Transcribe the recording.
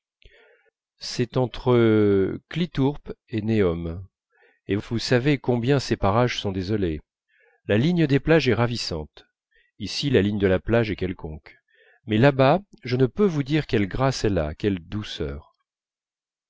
c'est entre clitourps et nehomme et vous savez combien ces parages sont désolés la ligne des plages est ravissante ici la ligne de la plage est quelconque mais là-bas je ne peux vous dire quelle grâce elle a quelle douceur